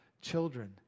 children